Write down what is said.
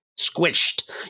squished